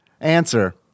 Answer